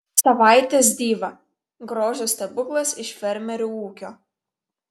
savaitės diva grožio stebuklas iš fermerių ūkio